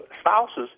spouses